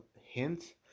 hint